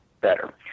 better